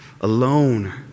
alone